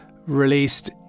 released